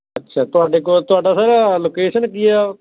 ਅੱਛਾ ਤੁਹਾਡੇ ਕੋਲ ਤੁਹਾਡਾ ਸਰ ਲੋਕੇਸ਼ਨ ਕੀ ਆ